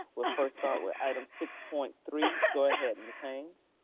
we'll first start with item six point three. go ahead and miss haynes.